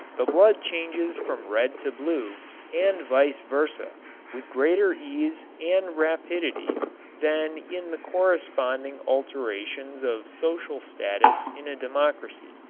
the blood changes from red to blue and vice versa with greater ease and rapidity than in the corresponding alternations of social status in a democracy.